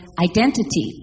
identity